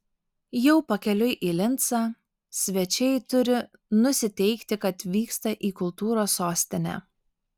jau pakeliui į lincą svečiai turi nusiteikti kad vyksta į kultūros sostinę